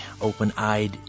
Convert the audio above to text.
open-eyed